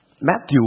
Matthew